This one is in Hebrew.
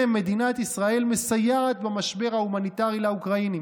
מדינת ישראל מסייעת במשבר ההומניטרי לאוקראינים,